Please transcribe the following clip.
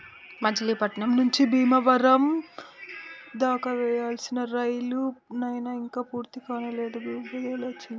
మచిలీపట్నం నుంచి బీమవరం దాకా వేయాల్సిన రైలు నైన ఇంక పూర్తికానే లేదు గదా లచ్చన్న